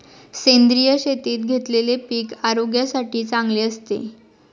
सेंद्रिय शेतीत घेतलेले पीक आरोग्यासाठी चांगले असते